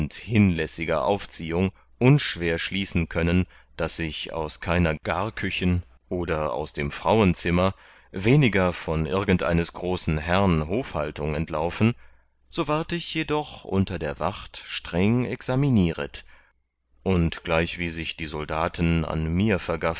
hinlässiger aufziehung unschwer schließen können daß ich aus keiner garkuchen oder aus dem frauenzimmer weniger von irgendeines großen herrn hofhaltung entlaufen so ward ich jedoch unter der wacht streng examinieret und gleichwie sich die soldaten an mir